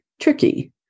tricky